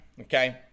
okay